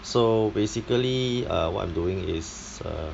so basically err what I'm doing is err